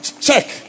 check